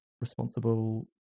responsible